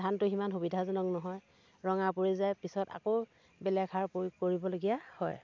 ধানটো সিমান সুবিধাজনক নহয় ৰঙা পৰি যায় পিছত আকৌ বেলেগ সাৰ প্ৰয়োগ কৰিবলগীয়া হয়